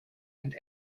and